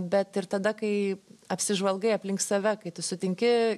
bet ir tada kai apsižvalgai aplink save kai tu sutinki